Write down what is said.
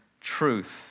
truth